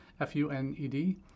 F-U-N-E-D